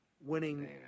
Winning